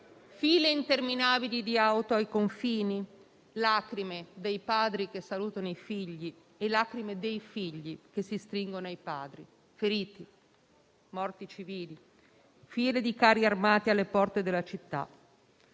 file interminabili di auto ai confini, lacrime dei padri che salutano i figli e lacrime dei figli che si stringono ai padri, feriti, morti civili, file di carri armati alle porte della città.